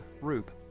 Rube